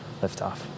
liftoff